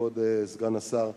כבוד סגן השר,